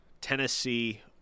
Tennessee